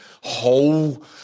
whole